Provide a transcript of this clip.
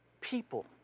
people